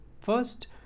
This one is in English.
first